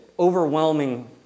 overwhelming